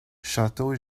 château